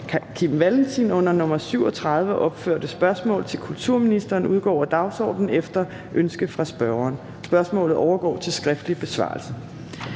Kim Valentin under nr. 37 opførte spørgsmål til kulturministeren udgår af dagsordenen efter ønske fra spørgeren. Spørgsmålet overgår til skriftlig besvarelse.